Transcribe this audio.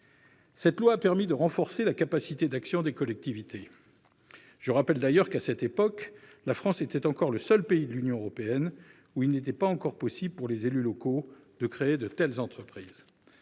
Cette loi a permis de renforcer la capacité d'action des collectivités. Je rappelle que, à cette époque, la France était encore le seul pays de l'Union européenne où il n'était pas encore possible pour les élus locaux de créer de telles entreprises.